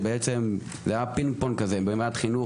ובעצם היה פינג פונג בוועדת החינוך,